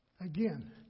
Again